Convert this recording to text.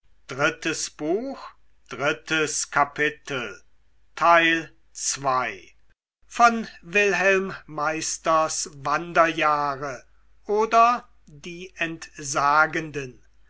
goethe wilhelm meisters wanderjahre oder die entsagenden